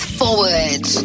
forward